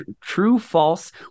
true-false